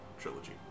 trilogy